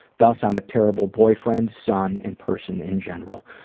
thus, i'm a terrible boyfriend, son, and person in general.